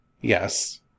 Yes